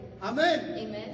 Amen